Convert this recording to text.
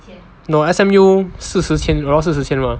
你懂 S_M_U 四十千 around 四十千 mah